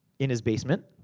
in his basement.